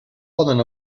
poden